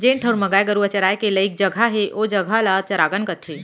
जेन ठउर म गाय गरूवा चराय के लइक जघा हे ओ जघा ल चरागन कथें